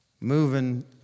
moving